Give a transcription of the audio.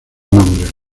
nombres